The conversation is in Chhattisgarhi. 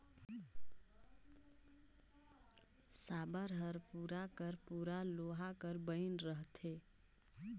साबर हर पूरा कर पूरा लोहा कर बइन रहथे